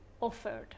offered